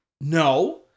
No